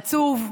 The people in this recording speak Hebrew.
עצוב,